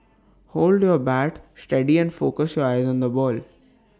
hold your bat steady and focus your eyes on the ball